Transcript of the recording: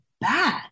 bad